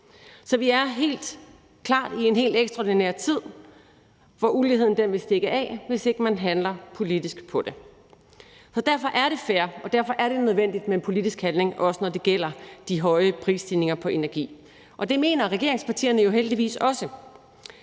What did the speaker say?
Så vi er helt klart i en helt ekstraordinær tid, hvor uligheden vil stikke af, hvis ikke man handler politisk på det. Derfor er det fair og derfor er det nødvendigt med politisk handling, også når det gælder de høje prisstigninger på energi. Og det mener regeringspartierne jo heldigvis også,